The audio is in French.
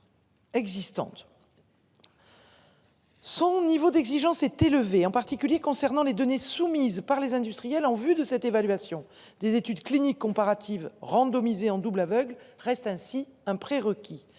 Son niveau d'exigence est élevé, en particulier concernant les données soumises par les industriels en vue de cette évaluation des études cliniques comparatives randomisée en double aveugle reste ainsi un prérequis